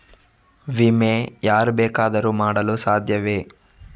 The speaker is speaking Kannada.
ವಿಮೆ ಯಾರು ಬೇಕಾದರೂ ಮಾಡಲು ಸಾಧ್ಯವೇ?